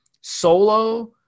solo